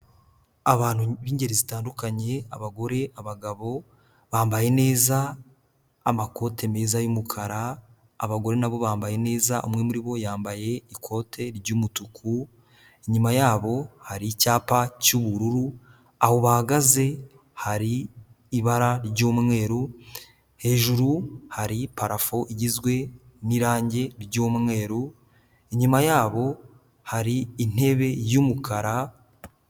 Abantu b'ingeri zitandukanye abagore, abagabo bambaye neza, amakoti meza y'umukara, abagore na bo bambaye neza, umwe muri bo yambaye ikote ry'umutuku, inyuma yabo hari icyapa cy'ubururu, aho bahagaze hari ibara ry'umweru, hejuru hari parafo igizwe n'irangi ry'umweru, inyuma yabo hari intebe y'umukara.